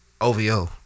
OVO